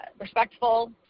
respectful